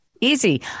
easy